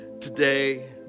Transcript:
today